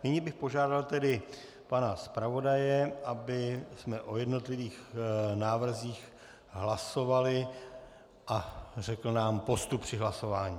Nyní bych požádal tedy pana zpravodaje, abychom o jednotlivých návrzích hlasovali, a řekl nám postup při hlasování.